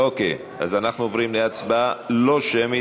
אוקיי, אז אנחנו עוברים להצבעה לא שמית.